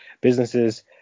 businesses